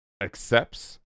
accepts